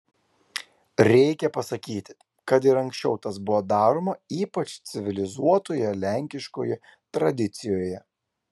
reikia pasakyti kad ir anksčiau tas buvo daroma ypač civilizuotoje lenkiškoje tradicijoje